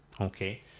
Okay